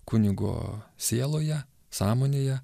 kunigo sieloje sąmonėje